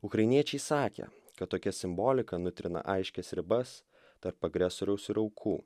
ukrainiečiai sakė kad tokia simbolika nutrina aiškias ribas tarp agresoriaus ir aukų